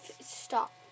stop